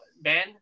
ben